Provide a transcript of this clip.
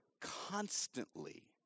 constantly